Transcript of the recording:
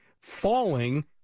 falling